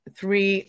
three